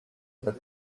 that